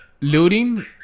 Looting